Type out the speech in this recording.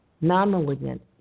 non-malignant